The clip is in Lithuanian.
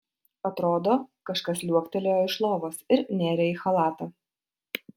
atrodo kažkas liuoktelėjo iš lovos ir nėrė į chalatą